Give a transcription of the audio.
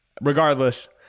Regardless